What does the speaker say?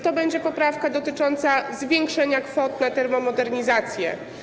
To będzie poprawka dotycząca zwiększenia kwot na termomodernizację.